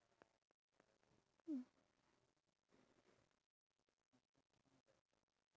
iya because our body it needs to maintain the homeostasis of our body